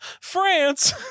France